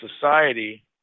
society